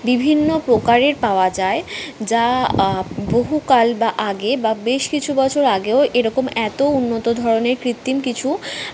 বিভিন্ন প্রকারের পাওয়া যায় যা বহুকাল বা আগে বা বেশ কিছু বছর আগেও এরকম এতো উন্নত ধরনের কৃত্তিম কিছু